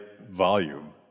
volume